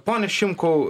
pone šimkau